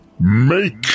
make